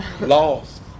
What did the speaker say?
lost